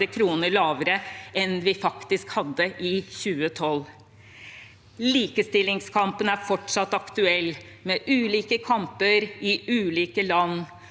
kr lavere enn vi faktisk hadde i 2012. Likestillingskampen er fortsatt aktuell, med ulike kamper i ulike land